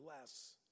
less